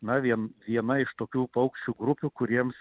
na vien viena iš tokių paukščių grupių kuriems